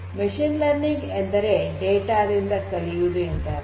machine learning ಎಂದರೆ data ದಿಂದ ಕಲಿಯುವುದು ಎಂದರ್ಥ